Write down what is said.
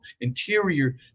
interior